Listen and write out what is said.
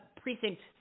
precinct